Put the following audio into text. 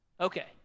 Okay